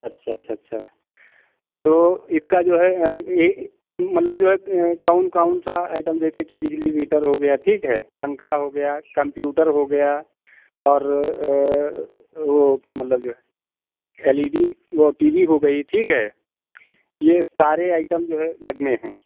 अच्छा अच्छा अच्छा तो इसका जो है मतलब जो है कौन कौन सा आइटम जैसे कि बिजली मीटर हो गया ठीक है पंखा हो गया कंप्यूटर हो गया और वह मतलब जो है एल ई डी वह टी वी हो गई ठीक है ये सारे आइटम जो है लगने हैं